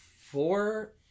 four